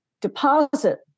deposit